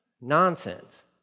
Nonsense